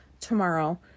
tomorrow